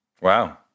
Wow